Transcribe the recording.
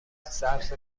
سبز